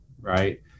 right